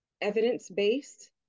evidence-based